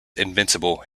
invincible